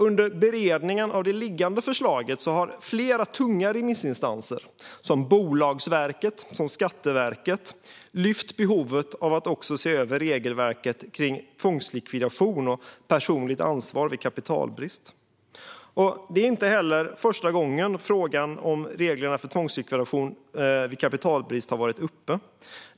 Under beredningen av det liggande förslaget har flera tunga remissinstanser, som Bolagsverket och Skatteverket, lyft behovet av att också se över regelverket kring tvångslikvidation och personligt ansvar vid kapitalbrist. Det är inte heller första gången frågan om reglerna för tvångslikvidation vid kapitalbrist har varit uppe.